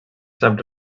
sap